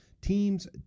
Teams